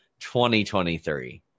2023